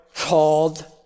called